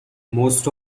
most